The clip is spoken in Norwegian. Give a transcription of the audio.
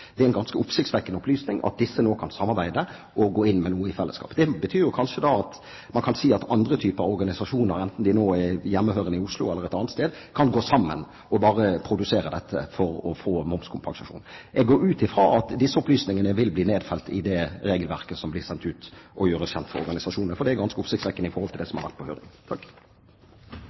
Det er en ganske oppsiktsvekkende opplysning at disse nå kan gå sammen og levere inn noe i fellesskap. Det betyr kanskje at andre typer organisasjoner, enten de er hjemmehørende i Oslo eller et annet sted, kan gå sammen og produsere noe bare for å få momskompensasjon. Jeg går ut fra at disse opplysningene vil bli nedfelt i det regelverket som blir sendt ut og gjøres kjent for organisasjonene. Det er oppsiktsvekkende opplysninger i forhold til det som har vært på høring.